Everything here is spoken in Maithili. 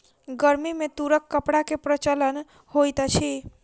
गर्मी में तूरक कपड़ा के प्रचलन होइत अछि